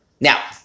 now